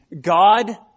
God